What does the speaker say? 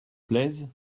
plaisent